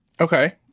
Okay